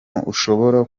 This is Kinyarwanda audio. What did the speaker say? ushobora